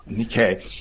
okay